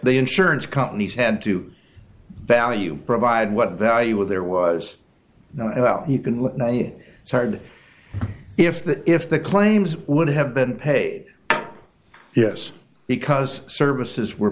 the insurance companies had to value provide what value when there was no l you can let ny started if the if the claims would have been paid yes because services were